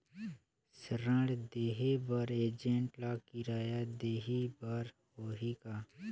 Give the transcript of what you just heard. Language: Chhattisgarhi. ऋण देहे बर एजेंट ला किराया देही बर होही का?